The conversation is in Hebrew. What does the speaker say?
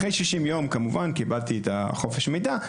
אחרי שישים יום, כמובן, קיבלתי מחופש המידע.